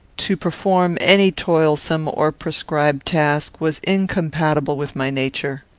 to perform any toilsome or prescribed task, was incompatible with my nature.